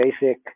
basic